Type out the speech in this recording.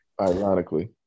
ironically